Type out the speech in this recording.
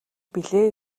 билээ